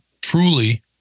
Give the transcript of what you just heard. truly